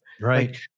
Right